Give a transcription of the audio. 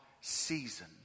season